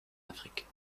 afrique